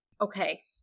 okay